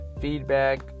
feedback